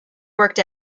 worked